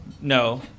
No